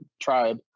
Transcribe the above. tribe